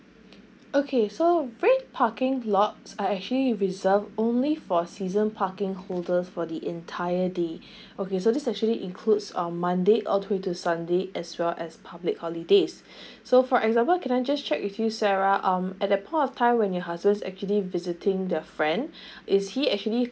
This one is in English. okay so red parking lots are actually reserve only for season parking holders for the entire day okay so this actually includes um monday all the way to sunday as well as public holidays so for example can I just check with you sarah um at that point of time when your husband's actually visiting the friend is he actually